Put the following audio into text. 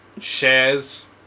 Shares